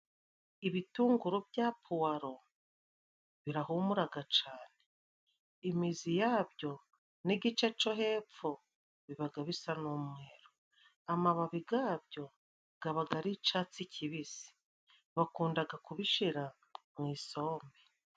Ibitunguru bya puwaro birahumuraga cane. Imizi yabyo n'igice co hepfo bibaga bisa n'umweru. Amababi gabyo gabaga ari icatsi kibisi, bakundaga kubishira mu isombe.